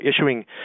issuing